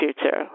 future